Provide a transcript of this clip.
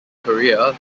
career